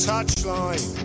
Touchline